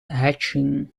hatching